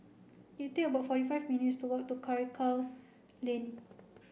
about forty five minutes to walk to Karikal Lane